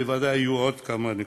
ובוודאי יהיו עוד כמה נקודות.